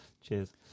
Cheers